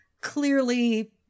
clearly